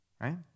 right